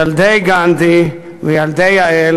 ילדי גנדי ויעל,